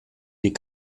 die